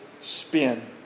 spin